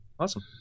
Awesome